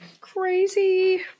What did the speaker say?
Crazy